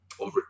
over